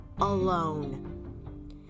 alone